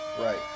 right